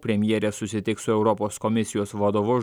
premjerė susitiks su europos komisijos vadovu